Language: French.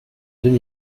deux